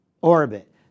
orbit